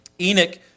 Enoch